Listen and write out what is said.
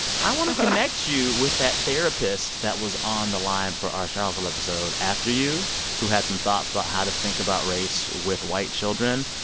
i want to connect you with that therapist that was on the line for our charlottesville episode after you who had some thoughts about how to think about race with white children.